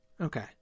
Okay